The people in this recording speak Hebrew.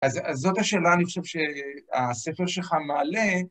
אז זאת השאלה, אני חושב שהספר שלך מעלה,